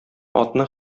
атны